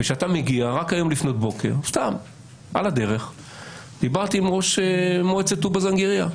רק היום לפנות בוקר דיברתי עם ראש מועצת טובה זנגריה.